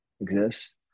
exists